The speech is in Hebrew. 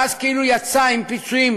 ואז כאילו יצא עם פיצויים